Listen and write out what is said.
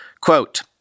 Quote